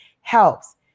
helps